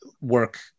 work